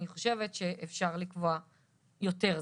אני חושבת שאפשר לקבוע יותר זמן.